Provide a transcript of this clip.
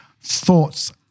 thoughts